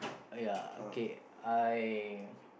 uh yeah okay I